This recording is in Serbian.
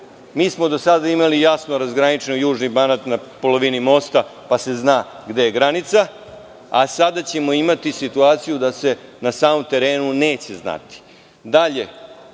Mi smo do sada imali jasno razgraničen Južni Banat na polovini mosta, pa se zna gde je granica, a sada ćemo imati situaciju da se na samom terenu neće znati.